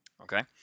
Okay